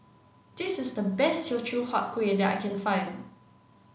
this is the best Teochew Huat Kuih that I can find